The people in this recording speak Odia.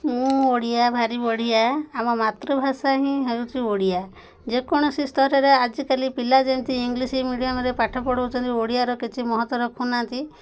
ମୁଁ ଓଡ଼ିଆ ଭାରି ବଢ଼ିଆ ଆମ ମାତୃଭାଷା ହିଁ ହେଉଛି ଓଡ଼ିଆ ଯେକୌଣସି ସ୍ତରରେ ଆଜିକାଲି ପିଲା ଯେମିତି ଇଂଲିଶ ମିଡ଼ିୟମ୍ରେ ପାଠ ପଢ଼ଉଛନ୍ତି ଓଡ଼ିଆର କିଛି ମହତ୍ଵ ରଖୁନାହାନ୍ତି